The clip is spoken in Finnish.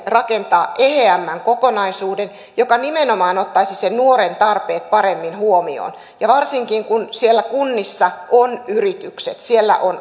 rakentaa eheämmän kokonaisuuden joka nimenomaan ottaisi nuoren tarpeet paremmin huomioon ja varsinkin kun siellä kunnissa on yritykset siellä on